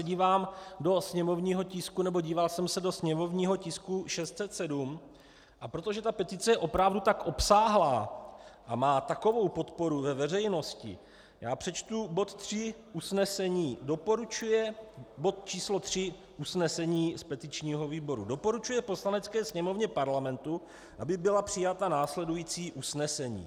Dívám se do sněmovního tisku, nebo díval jsem se do sněmovního tisku 607, a protože ta petice je opravdu tak obsáhlá a má takovou podporu ve veřejnosti, přečtu bod číslo tři usnesení z petičního výboru doporučuje Poslanecké sněmovně Parlamentu, aby byla přijata následující usnesení.